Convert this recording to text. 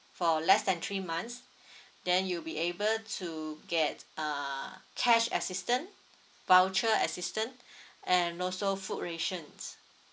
for less than three months then you'll be able to get err cash assistance voucher assistance and also food rations